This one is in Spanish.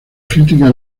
críticas